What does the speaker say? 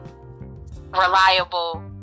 reliable